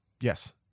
Yes